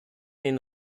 den